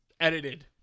edited